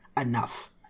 enough